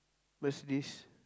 Mercedes